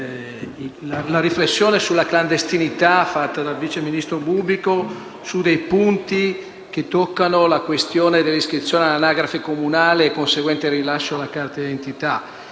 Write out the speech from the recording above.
la riflessione sulla clandestinità fatta dal vice ministro Bubbico su dei punti che toccano la questione dell'iscrizione all'anagrafe comunale e il conseguente rilascio della carta d'identità.